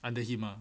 under him mah